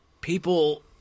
people